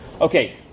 Okay